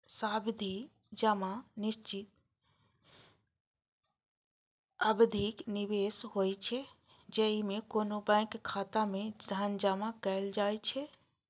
सावधि जमा निश्चित अवधिक निवेश होइ छै, जेइमे कोनो बैंक खाता मे धन जमा कैल जाइ छै